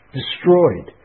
destroyed